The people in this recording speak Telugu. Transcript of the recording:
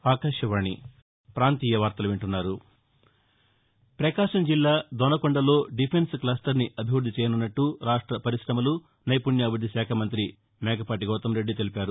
ప్రపకాశం జిల్లా దొనకొండ లో డిఫెన్సె క్షస్టర్ ని అభివృద్ధి చేయనున్నట్లు రాష్ట పరిశమలు నైపుణ్యాభివృద్ధి శాఖామంతి మేకపాటి గౌతమ్ రెడ్డి తెలిపారు